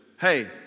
hey